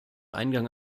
eingang